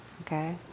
okay